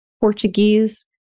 Portuguese